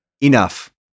enough